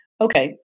okay